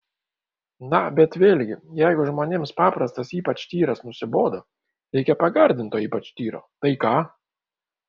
na bet vėlgi jeigu žmonėms paprastas ypač tyras nusibodo reikia pagardinto ypač tyro tai ką